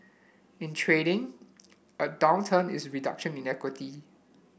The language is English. in trading a is a reduction in equity